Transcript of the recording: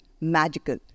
magical